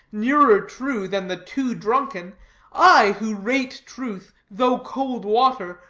nearer true than the too-drunken i, who rate truth, though cold water,